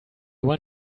want